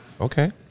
Okay